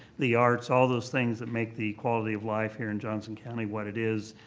the arts, all those things that make the quality of life here in johnson county what it is,